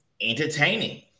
entertaining